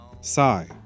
sigh